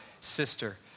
sister